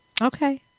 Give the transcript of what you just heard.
Okay